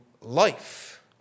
life